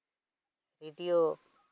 radio